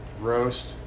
roast